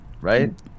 right